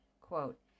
Quote